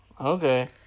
Okay